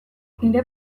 nire